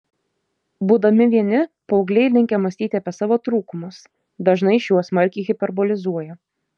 būdami vieni paaugliai linkę mąstyti apie savo trūkumus dažnai šiuos smarkiai hiperbolizuoja